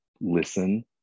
listen